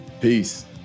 Peace